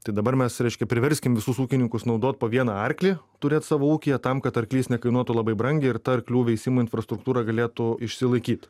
tai dabar mes reiškia priverskim visus ūkininkus naudot po vieną arklį turėt savo ūkyje tam kad arklys nekainuotų labai brangiai ir tą arklių veisimo infrastruktūrą galėtų išsilaikyt